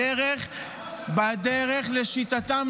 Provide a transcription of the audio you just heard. לשיטתם,